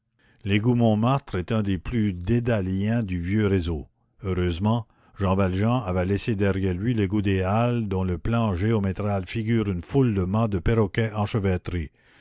l'égout montmartre est un des plus dédaléens du vieux réseau heureusement jean valjean avait laissé derrière lui l'égout des halles dont le plan géométral figure une foule de mâts de perroquet enchevêtrés